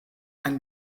ein